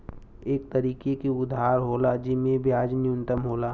एक तरीके के उधार होला जिम्मे ब्याज न्यूनतम होला